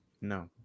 No